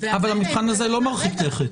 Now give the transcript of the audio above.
--- אבל המבחן הזה לא מרחיק לכת.